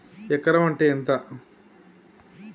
ఎకరం అంటే ఎంత?